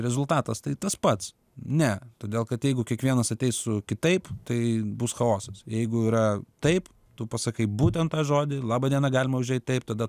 rezultatas tai tas pats ne todėl kad jeigu kiekvienas ateis su kitaip tai bus chaosas jeigu yra taip tu pasakai būtent tą žodį laba diena galima užeit taip tada